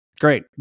Great